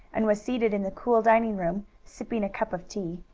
and was seated in the cool dining room, sipping a cup of tea,